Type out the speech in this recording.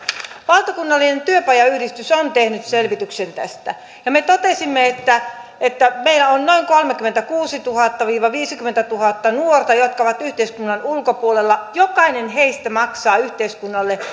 valtakunnallinen työpajayhdistys on tehnyt selvityksen tästä ja me totesimme että että meillä on noin kolmekymmentäkuusituhatta viiva viisikymmentätuhatta nuorta jotka ovat yhteiskunnan ulkopuolella jokainen heistä maksaa yhteiskunnalle